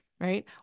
Right